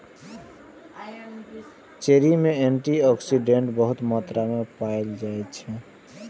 cherry मे antioxidant बहुत मात्रा मे पाएल जाइ छै